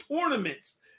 tournaments